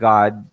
God